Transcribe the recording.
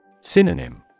Synonym